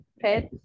pets